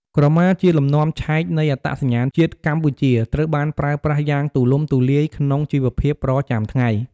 ក្រម៉ាជាលំនាំឆែកនៃអត្តសញ្ញាណជាតិកម្ពុជា ត្រូវបានប្រើប្រាស់យ៉ាងទូលំទូលាយក្នុងជីវភាពប្រចាំថ្ងៃ។